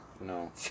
No